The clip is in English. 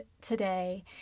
today